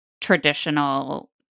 traditional